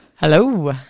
Hello